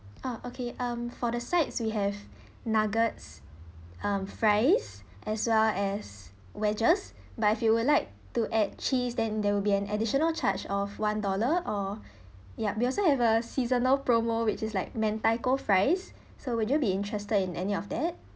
ah okay um for the sides we have nuggets um fries as well as wedges but if you would like to add cheese then there will be an additional charge of one dollar or ya we also have a seasonal promo which is like mentaiko fries so would you be interested in any of that